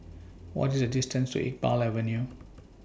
What IS The distance to Iqbal Avenue